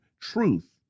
truth